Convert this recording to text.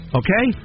okay